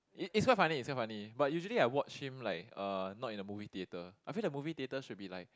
it is quite funny is quite funny but usually I watch him like uh not in a movie theater I feel that movie theater should be like